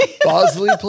Bosley